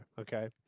okay